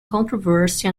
controversy